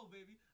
baby